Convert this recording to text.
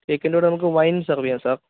കേക്കിന്റെ കൂടെ നമുക്ക് വൈൻ സെർവെയ്യാം സാർ